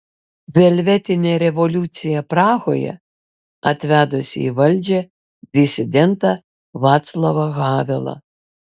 velvetinė revoliucija prahoje atvedusi į valdžią disidentą vaclavą havelą